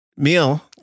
meal